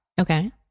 Okay